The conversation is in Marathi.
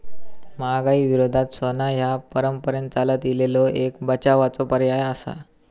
महागाई विरोधात सोना ह्या परंपरेन चालत इलेलो एक बचावाचो पर्याय आसा